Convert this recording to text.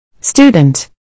Student